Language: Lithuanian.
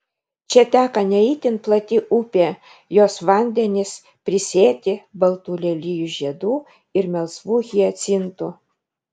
čia teka ne itin plati upė jos vandenys prisėti baltų lelijų žiedų ir melsvų hiacintų